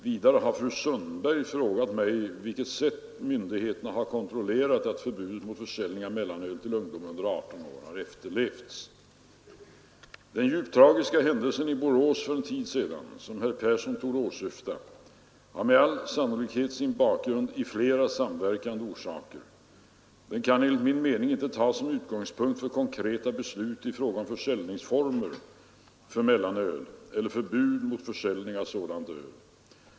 Vidare har fru Sundberg frågat mig på vilket sätt myndigheterna har kontrollerat att förbudet mot försäljning av mellanöl till ungdom under 18 år efterlevs. Den djupt tragiska händelsen i Borås för en tid sedan, som herr Persson torde åsyfta, har med all sannolikhet sin bakgrund i flera samverkande orsaker. Den kan enligt min mening inte tas som utgångs punkt för konkreta beslut i fråga om försäljningsformer för mellanöl eller förbud mot försäljning av sådant öl.